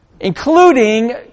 Including